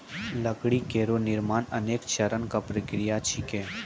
लकड़ी केरो निर्माण अनेक चरण क प्रक्रिया छिकै